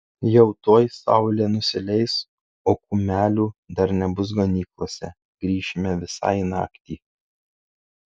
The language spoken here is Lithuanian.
jau tuoj saulė nusileis o kumelių dar nebus ganyklose grįšime visai naktį